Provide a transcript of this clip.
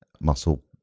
muscle